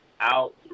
out